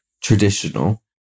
traditional